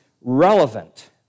relevant